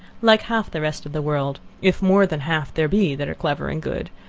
like half the rest of the world, if more than half there be that are clever and good,